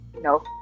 No